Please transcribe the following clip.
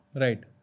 Right